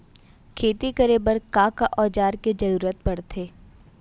खेती करे बर का का औज़ार के जरूरत पढ़थे?